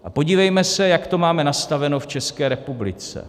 A podívejme se, jak to máme nastaveno v České republice.